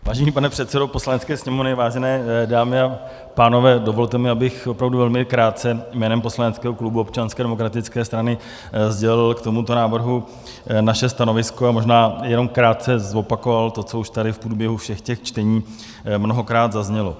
Vážený pane předsedo Poslanecké sněmovny, vážené dámy a pánové, dovolte mi, abych opravdu velmi krátce jménem poslaneckého klubu Občanské demokratické strany sdělil k tomuto návrhu naše stanovisko a možná jenom krátce zopakoval to, co už tady v průběhu všech čtení mnohokrát zaznělo.